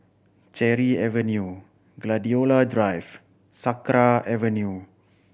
Cherry Avenue Gladiola Drive Sakra Avenue